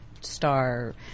star